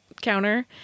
counter